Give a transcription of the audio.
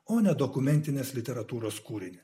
o ne dokumentinės literatūros kūrinį